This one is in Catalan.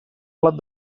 plat